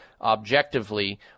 objectively